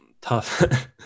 tough